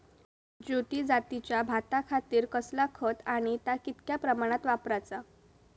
ज्योती जातीच्या भाताखातीर कसला खत आणि ता कितक्या प्रमाणात वापराचा?